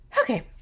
Okay